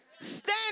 Stand